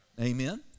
Amen